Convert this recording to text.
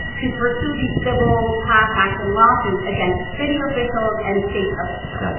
to pursue these civil class-action lawsuits against city officials and state officials got you.